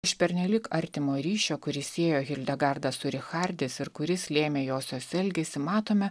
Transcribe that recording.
iš pernelyg artimo ryšio kuris siejo hildegardą su richardis ir kuris lėmė josios elgesį matome